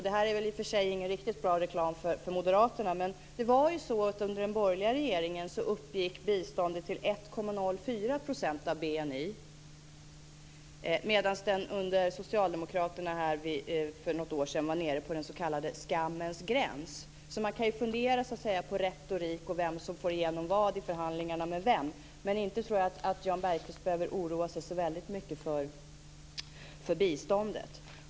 Det är väl i och för sig ingen riktigt bra reklam för moderaterna, men det var så att biståndet under den borgerliga regeringen uppgick till 1,04 % av BNI medan det under socialdemokraterna för något år sedan var nere på den s.k. skammens gräns. Man kan fundera på retorik och på vem som får igenom vad i förhandlingar med vem, men inte tror jag att Jan Bergqvist behöver oroa sig så väldigt mycket för biståndet.